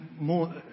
more